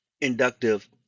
inductive